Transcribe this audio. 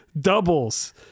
doubles